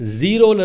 zero